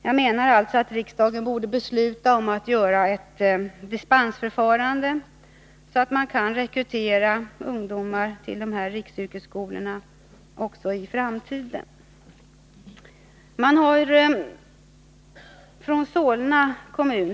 Jag menar alltså att riksdagen borde besluta om ett dispensförfarande, så att rekryteringen till dessa skolor också i framtiden skall kunna omfatta elever i åldern 16-18 år.